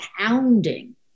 pounding